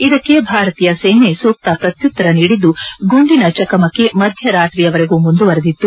ಇದಕ್ಕೆ ಭಾರತೀಯ ಸೇನೆ ಸೂಕ್ತ ಪ್ರತ್ಯುತ್ತರ ನೀಡಿದ್ದು ಗುಂಡಿನ ಚಕಮಕಿ ಮಧ್ಯರಾತ್ರಿಯವರೆಗೂ ಮುಂದುವರೆದಿತ್ತು